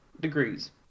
degrees